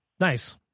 Nice